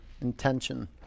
Intention